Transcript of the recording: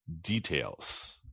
details